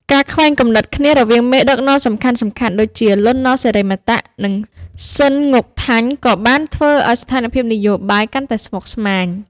ការខ្វែងគំនិតគ្នារវាងមេដឹកនាំសំខាន់ៗ ដូចជា លន់ នល់ សិរីមតៈ និងសឺន ង៉ុកថាញ់ ក៏បានធ្វើឱ្យស្ថានភាពនយោបាយកាន់តែស្មុគស្មាញ។